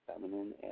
feminine